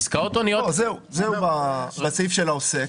זה בסעיף של העוסק.